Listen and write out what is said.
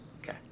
Okay